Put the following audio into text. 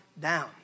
down